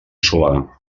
solà